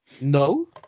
No